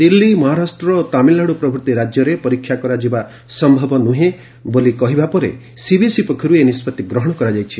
ଦିଲ୍ଲୀ ମହାରାଷ୍ଟ୍ର ଓ ତାମିଲନାଡୁ ପ୍ରଭୂତି ରାଜ୍ୟରେ ପରୀକ୍ଷା କରାଯିବା ସମ୍ଭବ ନୁହେଁ ବୋଲି କହିବା ପରେ ସିବିଏସ୍ଇ ପକ୍ଷରୁ ଏହି ନିଷ୍ପଭି ଗ୍ରହଣ କରାଯାଇଛି